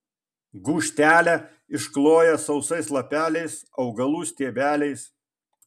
gūžtelę iškloja sausais lapeliais augalų stiebeliais